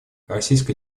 российская